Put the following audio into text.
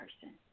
person